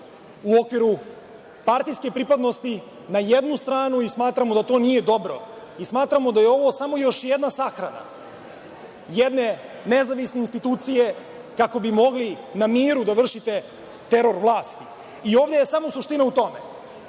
u okviru partijske pripadnosti na jednu stranu i smatramo da to nije dobro. Smatramo da je ovo samo još jedna sahrana jedne nezavisne institucije kako bi mogli na miru da vršite teror vlasti. Ovde je samo suština u tome